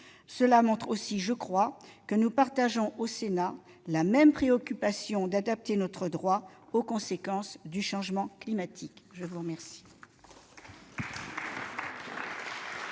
Cela montre aussi que nous partageons, au Sénat, la même préoccupation d'adapter notre droit aux conséquences du changement climatique. La parole